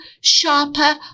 sharper